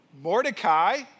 Mordecai